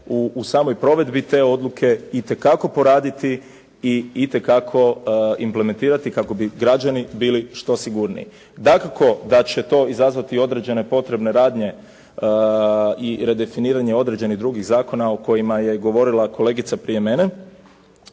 u samoj provedbi te odluke itekako poraditi, i itekako implementirati kako bi građani bili što sigurniji. Dakako da će to izazvati određene potrebne radnje i redefiniranje određenih drugih zakona o kojima je govorila kolegica prije mene,